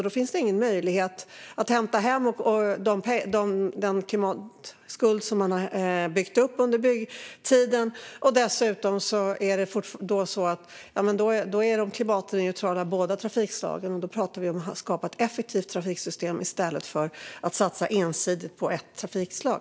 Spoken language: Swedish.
Då finns ingen möjlighet att hämta hem den klimatskuld som har byggts upp under byggtiden. Då är båda trafikslagen klimatneutrala, och då pratar vi om att skapa ett effektivt trafiksystem i stället för att satsa ensidigt på ett trafikslag.